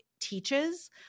teaches